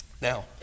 Now